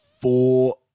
four